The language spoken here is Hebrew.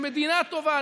למדינה טובה,